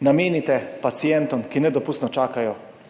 namenite pacientom, ki nedopustno čakajo